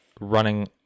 running